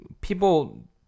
people